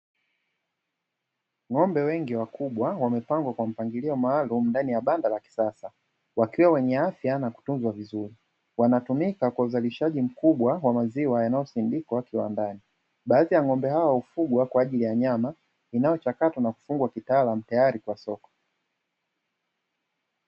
Ng'ombe wengi wakubwa wamepangwa kwa mpangilio maalumu ndani ya banda la kisasa, wakiwa wenye afya na kutunzwa vizuri, wanatumika kwa uzalishaji mkubwa wa maziwa yanayosindikwa kiwandani, baadhi ya ng'ombe hao hufugwa kwa ajili ya nyama, inayochakatwa na kufungwa kitaalamu tayari kwa soko.